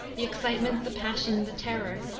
the excitement, the passion, the terror,